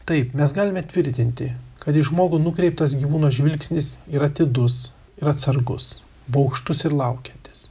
taip mes galime tvirtinti kad į žmogų nukreiptas gyvūno žvilgsnis ir atidus ir atsargus baugštus ir laukiantis